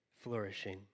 flourishing